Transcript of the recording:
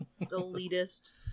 elitist